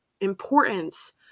importance